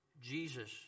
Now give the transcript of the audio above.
Jesus